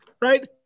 right